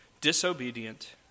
disobedient